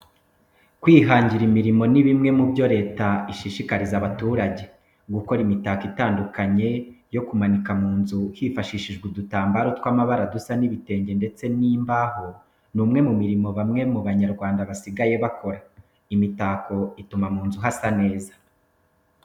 Kwihangira imirimo ni bimwe mu byo leta ishishikariza abaturage. Gukora imitako itandukanye yo kumanika mu nzu hifashishijwe udutambaro tw'amabara dusa n'ibitenge ndetse n'imbaho ni umwe mu mirimo bamwe mu Banyarwanda basigaye bakora. Imitako ituma mu nzu hasa neza.